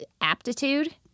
aptitude